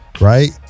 right